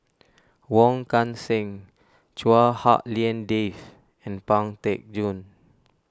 Wong Kan Seng Chua Hak Lien Dave and Pang Teck Joon